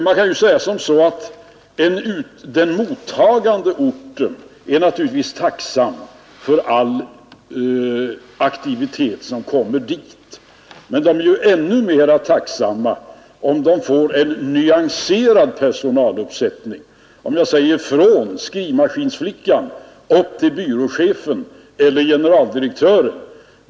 Man kan ju säga att den mottagande orten naturligtvis är tacksam för all aktivitet som kommer dit. Men den är ju ännu mer tacksam, om den får en nyanserad personaluppsättning, alltså exempelvis från skrivmaskinsflickan upp till byråchefen eller generaldirektören.